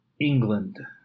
england